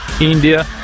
India